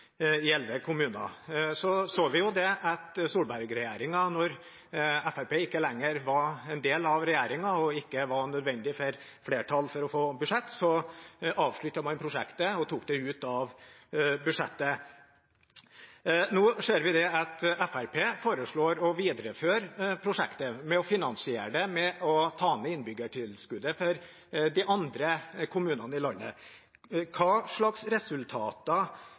Så så vi at Solberg-regjeringen, da Fremskrittspartiet ikke lenger var en del av regjeringen og ikke var nødvendig for å få budsjettflertall, avsluttet prosjektet og tok det ut av budsjettet. Nå ser vi at Fremskrittspartiet foreslår å videreføre prosjektet og finansiere det ved å ta ned innbyggertilskuddet for de andre kommunene i landet. Hvilke resultater